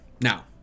Now